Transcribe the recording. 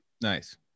nice